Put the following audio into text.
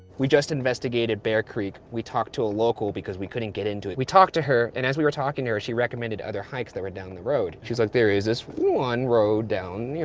we just investigated bear creek. we talked to a local because we couldn't get into it. we talked to her, and as we were talking to her, she recommended other hikes that were down the road. she's like, there is this one road down,